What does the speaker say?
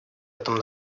этом